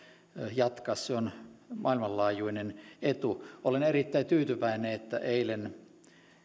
jatkaa se on maailmanlaajuinen etu olen erittäin tyytyväinen että eilen